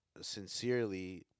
Sincerely